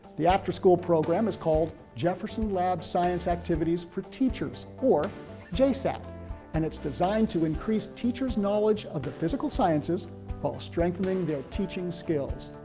the after-school program is called jefferson lab science activities for teachers or jsat and it's designed to increase teachers' knowledge of the physical sciences while strengthening their teaching skills.